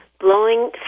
Blowing